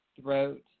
throat